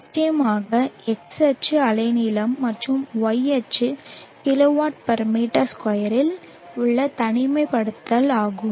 நிச்சயமாக x அச்சு அலைநீளம் மற்றும் y அச்சு kW m2 இல் உள்ள தனிமைப்படுத்தல் ஆகும்